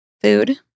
food